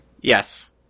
Yes